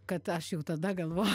kad aš jau tada galvojau